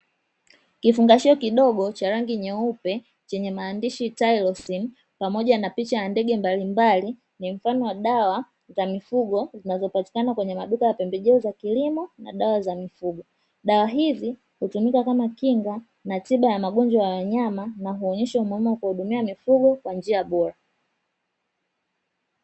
Kifungasho kidogo cha rangi nyeupe; chenye maandishi "TYLOSIN" pamoja na picha ya ndege mbalimbali, ni mfano wa dawa za mifugo na zinapatikana kwenye maduka ya pembejeo za kilimo dawa za mifugo. Dawa hizi hutumika kama kinga na tiba ya magonjwa ya wanyama, na huonyesha umuhimu wa kuwahudumia mifugo kwa njia bora.